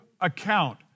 account